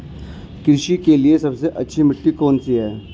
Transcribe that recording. कृषि के लिए सबसे अच्छी मिट्टी कौन सी है?